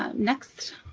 ah next